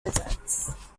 visits